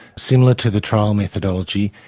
similar to the trial methodology,